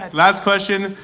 ah last question,